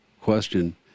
question